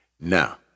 Now